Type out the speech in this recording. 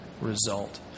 result